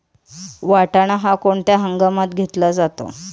वाटाणा हा कोणत्या हंगामात घेतला जातो?